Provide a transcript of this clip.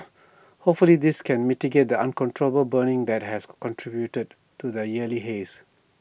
hopefully this can mitigate the uncontrollable burning that has contributed to the yearly haze